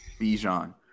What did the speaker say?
Bijan